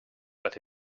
but